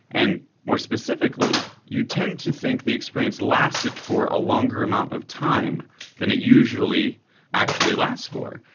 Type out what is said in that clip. and more specifically, you tend to think the experience lasted for a longer amount of time than it usually actually lasts for.